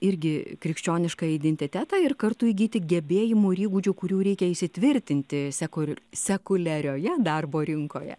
irgi krikščioniškąjį identitetą ir kartu įgyti gebėjimų ir įgūdžių kurių reikia įsitvirtinti sekuliarioje darbo rinkoje